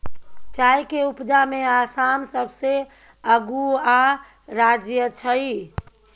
चाय के उपजा में आसाम सबसे अगुआ राज्य छइ